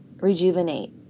rejuvenate